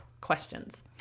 questions